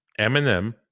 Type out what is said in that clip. Eminem